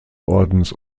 ordens